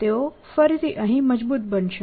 તેઓ ફરીથી અહીં મજબૂત બનશે